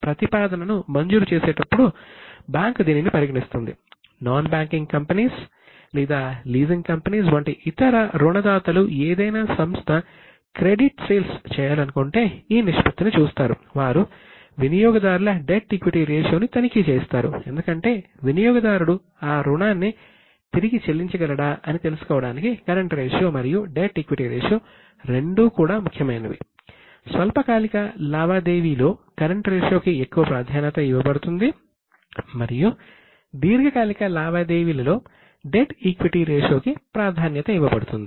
కావున debt equity ratio కి ప్రాధాన్యత ఇవ్వబడుతుంది